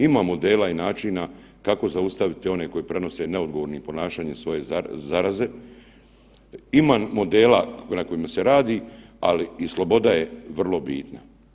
Ima modela i načina kako zaustaviti one koji prenose neodgovornim ponašanjem svoje zaraze, ima modela na kojima se radi, ali i sloboda je vrlo bitna.